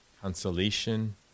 consolation